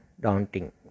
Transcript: daunting